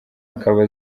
akaba